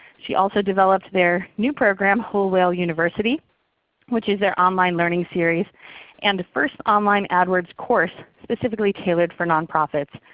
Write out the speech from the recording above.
she also developed their new program whole whale university which is their online learning series and first online adwords course specifically tailored for nonprofits.